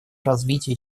развития